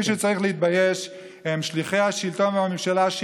מי שצריך להתבייש הם שליחי השלטון והממשלה,